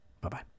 Bye-bye